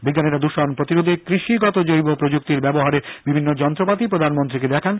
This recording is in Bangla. বিজ্ঞানীরা দূষণ প্রতিরোধে কৃষিগত জৈব প্রযুক্তির ব্যবহারের বিভিন্ন যন্ত্রপাতি প্রধানমন্ত্রীকে দেখান